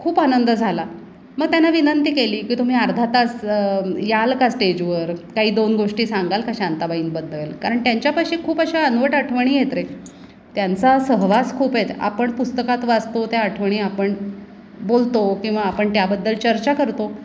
खूप आनंद झाला मग त्यांना विनंती केली की तुम्ही अर्धा तास याल का स्टेजवर काही दोन गोष्टी सांगाल का शांताबाईंबद्दल कारण त्यांच्यापाशी खूप अशा अनवट आठवणी आहेत रे त्यांचा सहवास खूप आहेत आपण पुस्तकात वाचतो त्या आठवणी आपण बोलतो किंवा आपण त्याबद्दल चर्चा करतो